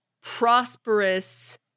prosperous